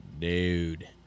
dude